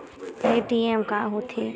ATM का होथे?